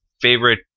favorite